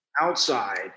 outside